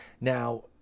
Now